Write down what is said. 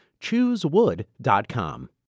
Choosewood.com